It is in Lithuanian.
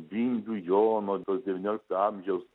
vingių jono to devyniolikto amžiaus